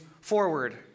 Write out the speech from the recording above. forward